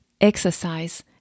exercise